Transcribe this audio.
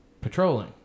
patrolling